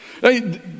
Hey